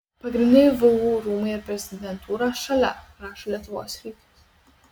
pagrindiniai vu rūmai ir prezidentūra šalia rašo lietuvos rytas